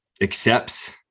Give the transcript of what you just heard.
accepts